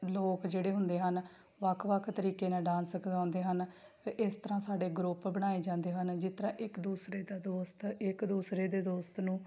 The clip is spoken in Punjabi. ਲੋਕ ਜਿਹੜੇ ਹੁੰਦੇ ਹਨ ਵੱਖ ਵੱਖ ਤਰੀਕੇ ਨਾਲ ਡਾਂਸ ਸਿਖਾਉਂਦੇ ਹਨ ਫਿਰ ਇਸ ਤਰ੍ਹਾਂ ਸਾਡੇ ਗਰੁੱਪ ਬਣਾਏ ਜਾਂਦੇ ਹਨ ਜਿਸ ਤਰ੍ਹਾਂ ਇੱਕ ਦੂਸਰੇ ਦਾ ਦੋਸਤ ਇੱਕ ਦੂਸਰੇ ਦੇ ਦੋਸਤ ਨੂੰ